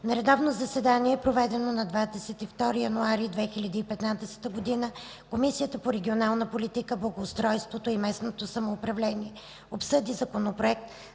На редовно заседание, проведено на 22 януари 2015 г., Комисията по регионална политика, благоустройство и местно самоуправление обсъди Законопроект